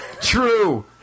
True